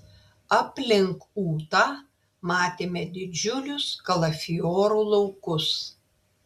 aplink ūtą matėme didžiulius kalafiorų laukus